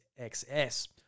XS